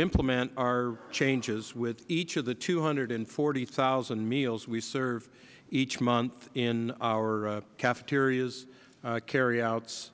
implement our changes with each of the two hundred and forty thousand meals we serve each month in our cafeterias carry outs